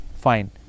fine